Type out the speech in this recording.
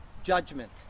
judgment